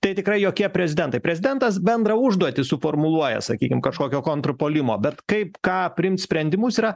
tai tikra jokie prezidentai prezidentas bendrą užduotį suformuluoja sakykim kažkokio kontrpuolimo bet kaip ką priimt sprendimus yra